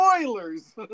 Spoilers